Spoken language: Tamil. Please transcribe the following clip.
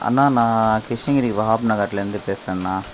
அண்ணா நான் கிருஷ்ணகிரி வகாப் நகரில் இருந்து பேசுகிறேண்ணா